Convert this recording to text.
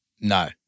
No